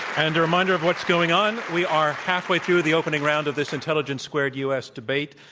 and a reminder of what's going on, we are halfway through the opening round of this intelligence squared u. s. debate.